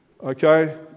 Okay